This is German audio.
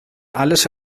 alles